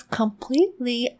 completely